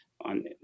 on